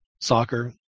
soccer